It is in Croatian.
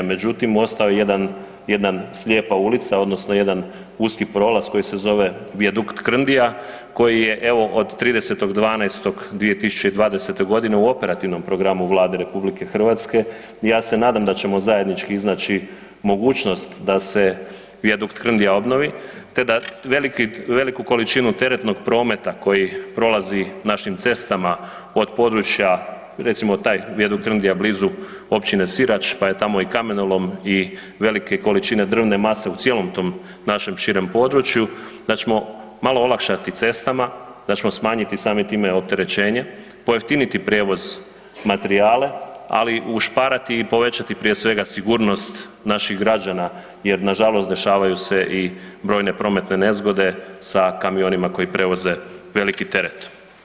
Međutim ostala je jedna slijepa ulica odnosno jedan uski prolaz koji se zove Vijadukt Krndija koji je evo od 30.12.2020.g. u operativnom programu Vlade RH i ja se nadam da ćemo zajednički iznaći mogućnost da se Vijaduk Krndija obnovi te da veliku količinu teretnog prometa koji prolazi našim cestama od područja, recimo taj Vijadukt Krndija blizu Općine Sirač pa je tamo i kamenolom i velike količine drvne mase u cijelom tom našem širem području, da ćemo malo olakšati cestama, da ćemo smanjiti samim time opterećenje, pojeftiniti prijevoz materijale, ali ušparati i povećati prije svega sigurnost naših građana jer nažalost dešavaju se i brojne prometne nezgode sa kamionima koji prevoze veliki teret.